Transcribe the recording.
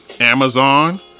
Amazon